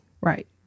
Right